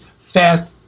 Fast